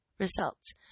results